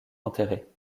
enterrés